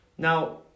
Now